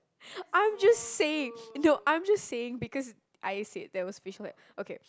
I'm just saying no I'm just saying because I said there was facial hair okay